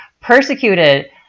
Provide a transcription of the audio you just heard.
persecuted